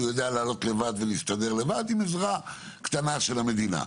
יודע לעלות לבד ולהסתדר לבד עם עזרה קטנה של המדינה.